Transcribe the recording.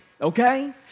Okay